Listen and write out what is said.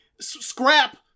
scrap